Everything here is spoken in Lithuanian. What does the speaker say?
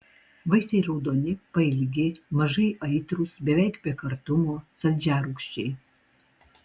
vaisiai raudoni pailgi mažai aitrūs beveik be kartumo saldžiarūgščiai